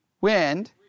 wind